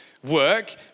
Work